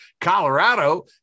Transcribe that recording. Colorado